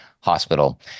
hospital